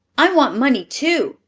i want money, too,